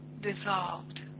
dissolved